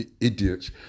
idiots